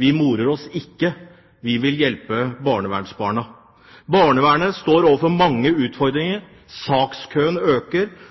vi morer oss ikke. Vi vil hjelpe barnevernsbarna. Barnevernet står overfor mange utfordringer. Sakskøen øker,